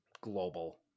global